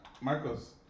Marcos